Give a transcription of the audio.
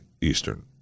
Eastern